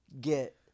get